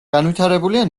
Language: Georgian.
განვითარებულია